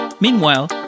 Meanwhile